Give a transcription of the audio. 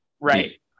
right